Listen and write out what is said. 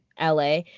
la